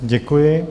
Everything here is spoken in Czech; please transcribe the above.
Děkuji.